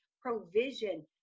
provision